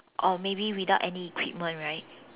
or maybe without any equipment right